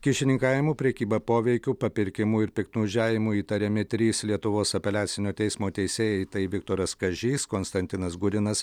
kyšininkavimu prekyba poveikiu papirkimu ir piktnaudžiavimu įtariami trys lietuvos apeliacinio teismo teisėjai tai viktoras kažys konstantinas gurinas